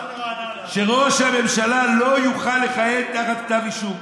שראש הממשלה לא יוכל לכהן תחת כתב אישום.